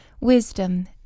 wisdom